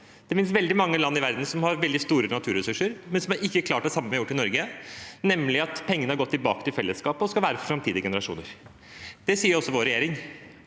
Det finnes veldig mange land i verden som har veldig store naturressurser, men som ikke har klart det samme som vi har gjort i Norge, nemlig at pengene har gått tilbake til fellesskapet og skal være for framtidige generasjoner. Det sier også vår regjering,